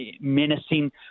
menacing